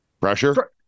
Pressure